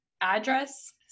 address